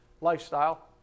Lifestyle